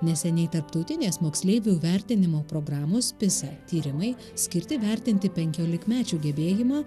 neseniai tarptautinės moksleivių vertinimo programos pisa tyrimai skirti vertinti penkiolikmečių gebėjimą